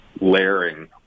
layering